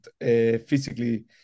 physically